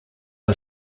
are